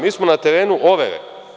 Mi smo na terenu overe.